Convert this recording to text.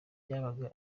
byabaga